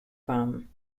from